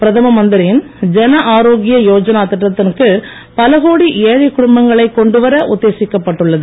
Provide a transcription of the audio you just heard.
பிரதம மந்திரியின் ஜன ஆரோக்கிய யோஜனா திட்டத்தின் கீழ் பல கோடி ஏழை குடும்பங்களை கொண்டு வர உத்தேசிக்கப்பட்டுள்ளது